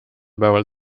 päeval